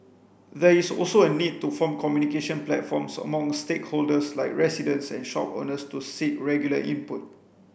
there is also a need to form communication platforms among stakeholders like residents and shop owners to seek regular input